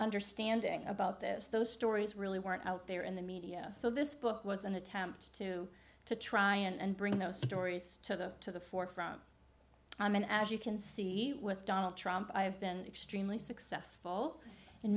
understanding about this those stories really weren't out there in the media so this book was an attempt to to try and bring those stories to the to the forefront and as you can see with donald trump i have been extremely successful